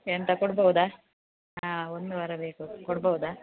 ಎಂಥ ಕೊಡ್ಬೋದಾ ಹಾಂ ಒಂದು ವಾರ ಬೇಕು ಕೊಡ್ಬೋದಾ